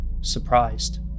surprised